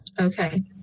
Okay